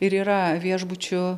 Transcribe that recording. ir yra viešbučių